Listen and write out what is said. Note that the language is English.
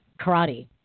karate